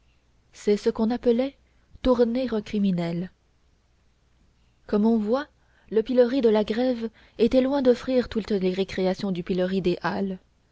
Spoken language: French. c'est ce qu'on appelait tourner un criminel comme on voit le pilori de la grève était loin d'offrir toutes les récréations du pilori des halles